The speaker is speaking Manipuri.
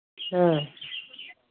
ꯑꯥ